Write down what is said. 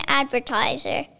advertiser